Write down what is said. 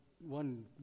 one